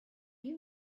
you